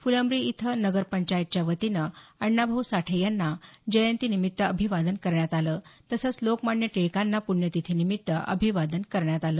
फुलंब्री इथं नगर पंचायतच्या वतीनं अण्णाभाऊ साठे यांना जयंतीनिमित्त अभिवादन करण्यात आलं तसंच लोकमान्य टिळकांना प्ण्यतिथीनिमित्त अभिवादन करण्यात आलं